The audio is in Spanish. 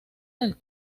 del